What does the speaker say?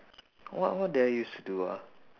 what what did I use to do ah